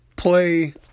play